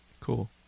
Cool